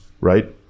right